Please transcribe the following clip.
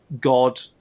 god